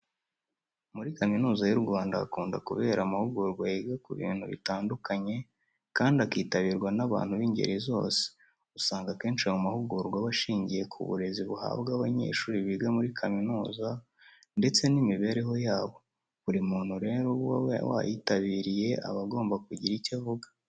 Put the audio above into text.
Muri Kaminuza y'u Rwanda hakunda kubera amahugurwa yiga ku bintu bitandukanye, kandi akitabirwa n'abantu b'ingeri zose. Usanga akenshi ayo mahugurwa aba ashingiye ku burezi buhabwa abanyeshuri biga muri kaminuza, ndetse n'imibereho yabo. Buri muntu rero uba wayitabiriye, aba agomba kugira icyo avuga.